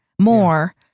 more